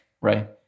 right